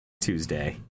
Tuesday